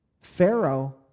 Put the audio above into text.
Pharaoh